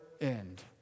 end